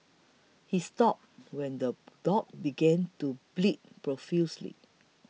he stopped when the dog began to bleed profusely